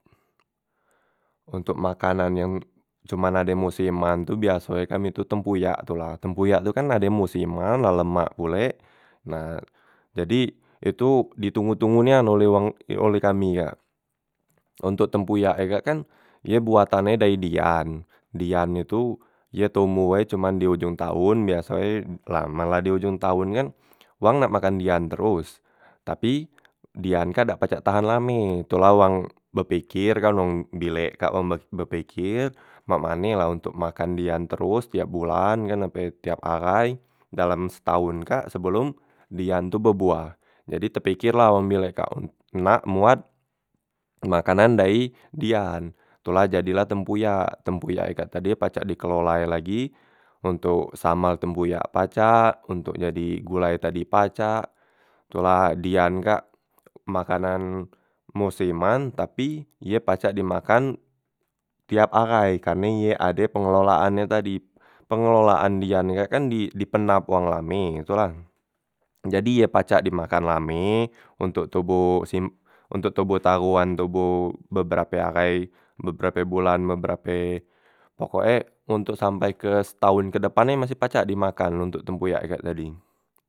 Ontok makanan yang cuman ade mosiman tu biaso e kan itu tempuyak tu la, tempuyak tu kan la dem mosiman la lemak pulek, nah jadi itu ditunggu- tunggu nian oleh wang e oleh kami kak. Ontok tempuyak e kak kan ye boatannye dayi dian, dian e tu ye tomboh e cuman diojong taon biaso e la mala diojong taon kan wang nak makan dian teros, tapi dian kak dak pacak tahan lame, tu la wang bepikir kan wong bilek kak wong be bepikir mak mane la ntok makan dian teros tiap bulan kan ape tiap ahai dalam setaon kak sebelom dian tu beboah, jadi tepikir la wong bilek kak on nak moat makanan dayi dian, tu la jadi la tempuyak. Tempuyak e kak tadi pacak dikelola e lagi ontok samal tempuyak pacak, ontok jadi gulai tadi pacak, tu la dian kak makanan mosiman tapi ye pacak dimakan tiap ahai, karne ye ade pengelolaan e tadi, pengelolaan dian e kak kan dipenap wang lame tu la jadi ye pacak dimakan lame, ontok toboh sim ontok toboh tauan toboh beberape ahai beberape bolan beberape pokok e ontok sampai ke setaon kedepan e masih pacak dimakan ontok tempuyak e kak tadi.